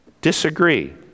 Disagree